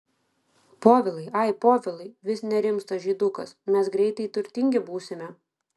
povilai ai povilai vis nerimsta žydukas mes greitai turtingi būsime